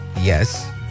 yes